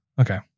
Okay